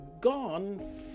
gone